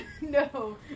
No